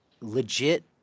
legit